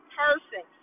person